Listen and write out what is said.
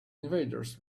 invaders